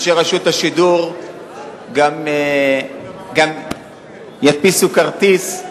אנשי רשות השידור גם ידפיסו כרטיס,